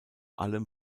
allem